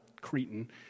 Cretan